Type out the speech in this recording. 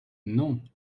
non